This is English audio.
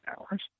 hours